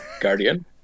Guardian